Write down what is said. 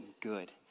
good